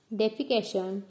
defecation